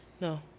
No